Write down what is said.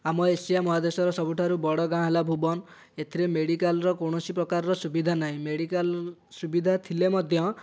ଆମ ଏସିଆ ମହାଦେଶର ସବୁଠାରୁ ବଡ଼ ଗାଁ ହେଲା ଭୁବନ ଏଥିରେ ମେଡ଼ିକାଲର କୌଣସି ପ୍ରକାର ସୁବିଧା ନାହିଁ ମେଡ଼ିକାଲ ସୁବିଧା ଥିଲେ ମଧ୍ୟ